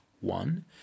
one